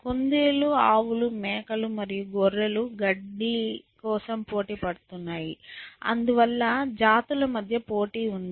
కుందేళ్ళు ఆవులు మేకలు మరియు గొర్రెలు గడ్డి కోసం పోటీ పడుతున్నాయి అందువల్ల జాతుల మధ్య పోటీ ఉంది